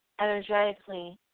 energetically